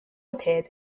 appeared